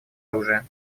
оружия